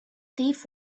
thief